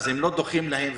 אז הם לא דוחים להם,